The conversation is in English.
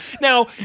Now